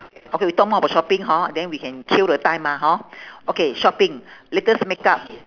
okay we talk more about shopping hor then we can kill the time mah hor okay shopping latest makeup